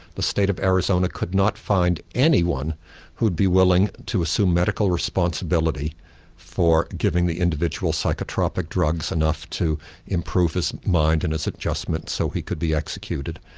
the state of arizona could not find anyone who would be willing to assume medical responsibility for giving the individual psychotropic drugs enough to improve his mind and his adjustment so he could be executed.